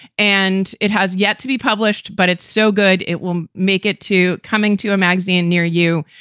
and it has yet to be published, but it's so good it will make it to coming to a magazine near you.